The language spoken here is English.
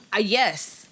Yes